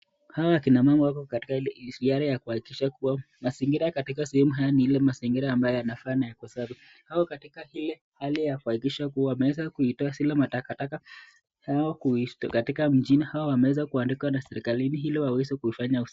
Hawa kina mama wako katika ile ishara ya kuhakikisha kuwa mazinira katika sehemu hii ni ile mazingira ambayo yanafaa na yako safi. Wako katika ile hali ya kuhakikisha kuwa wameweza kuzitoa zile matakataka katika mjini au wameweza kuandikwa na serikalini ili waweze kufanya usafi.